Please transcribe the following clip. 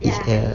it's a